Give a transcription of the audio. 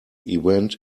event